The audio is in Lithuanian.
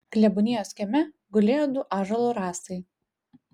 klebonijos kieme gulėjo du ąžuolo rąstai